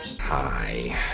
Hi